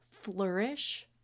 Flourish